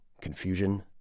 confusion